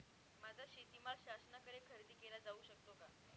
माझा शेतीमाल शासनाकडे खरेदी केला जाऊ शकतो का?